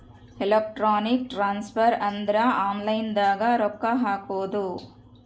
electronic transfer ಅಂದ್ರ online ದಾಗ ರೊಕ್ಕ ಹಾಕೋದು